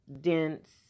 dense